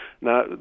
Now